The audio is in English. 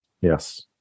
Yes